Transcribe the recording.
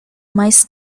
mais